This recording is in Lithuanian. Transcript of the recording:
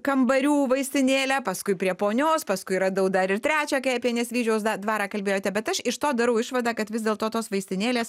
kambarių vaistinėlę paskui prie ponios paskui radau dar ir trečią kai apie nesvyžiaus na dvarą kalbėjote bet aš iš to darau išvadą kad vis dėlto tos vaistinėlės